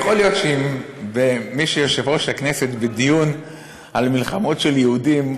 יכול להיות שמי שיושב-ראש הישיבה בדיון על מלחמות של יהודים,